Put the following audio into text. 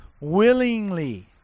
willingly